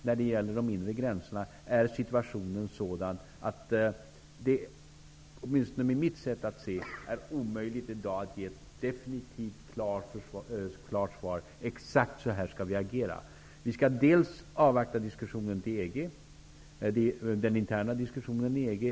När det gäller de inre gränserna är situationen sådan att det, åtminstone enligt min uppfattning, i dag är omöjligt att ge ett definitivt, klart svar och säga: Exakt så här skall vi agera. Vi skall avvakta den interna diskussionen i EG.